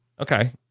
Okay